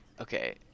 okay